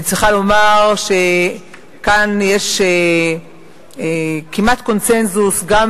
אני צריכה לומר שכאן יש כמעט קונסנזוס גם